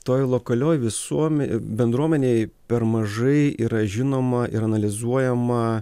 toj lokalioj visuome bendruomenėj per mažai yra žinoma ir analizuojama